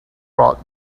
brought